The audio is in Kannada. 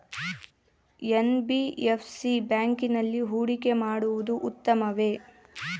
ಎನ್.ಬಿ.ಎಫ್.ಸಿ ಬ್ಯಾಂಕಿನಲ್ಲಿ ಹೂಡಿಕೆ ಮಾಡುವುದು ಉತ್ತಮವೆ?